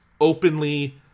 openly